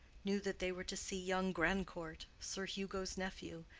knew that they were to see young grandcourt, sir hugo's nephew,